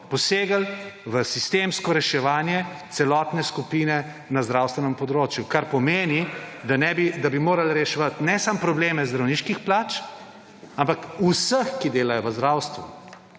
posegli v sistemsko reševanje celotne skupine na zdravstvenem področju, kar pomeni, da bi moral reševat ne samo probleme zdravniških plač, ampak vseh, ki delajo v zdravstvu,